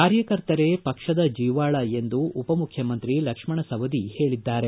ಕಾರ್ಯಕರ್ತರೇ ಪಕ್ಷದ ಜೀವಾಳ ಎಂದು ಉಪಮುಖ್ಚಮಂತ್ರಿ ಲಕ್ಷ್ಮಣ ಸವದಿ ಹೇಳಿದ್ದಾರೆ